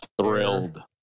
Thrilled